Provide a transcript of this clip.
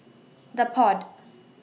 The Pod